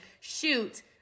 Shoot